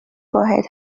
واحد